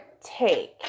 take